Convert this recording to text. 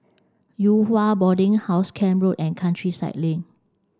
Yew Hua Boarding House Camp Road and Countryside Link